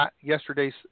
yesterday's